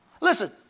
Listen